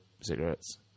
cigarettes